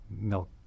Milk